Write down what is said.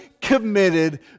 committed